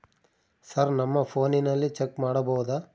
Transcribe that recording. Sir ನಮ್ಮ ಫೋನಿನಲ್ಲಿ check ಮಾಡಬಹುದಾ?